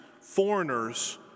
foreigners